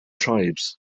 tribes